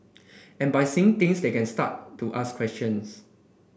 and by seeing things they can start to ask questions